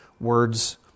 words